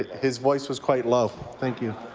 his voice was quite low. thank you.